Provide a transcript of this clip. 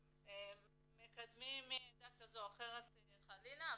שמקדמים מעדה כזו או אחרת חלילה,